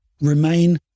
remain